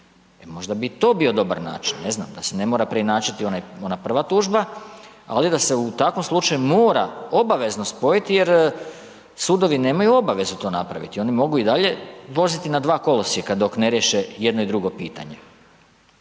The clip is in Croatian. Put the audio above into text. možda bi to bio dobar način, ne znam, da se ne mora preinačiti ona prva tužba ali da se u takvom slučaju mora obavezno spojiti jer sudovi nemaju obavezu to napraviti, oni mogu i dalje voziti na dva kolosijeka dok ne riješe jedno i drugo pitanje.